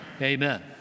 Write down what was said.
Amen